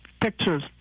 pictures